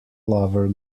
lover